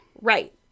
Right